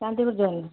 ଚାନ୍ଦିପୁର ଯାଇନି